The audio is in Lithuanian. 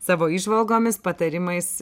savo įžvalgomis patarimais